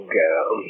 girl